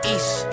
East